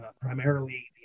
primarily